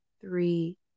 three